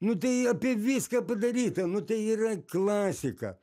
nu tai apie viską padaryta nu tai yra klasika